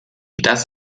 das